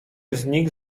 znikł